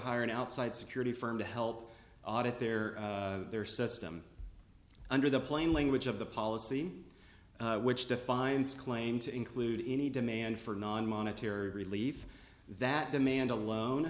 hire an outside security firm to help audit their their system under the plain language of the policy which defines claim to include in a demand for non monetary relief that demand alone